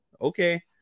Okay